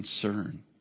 concern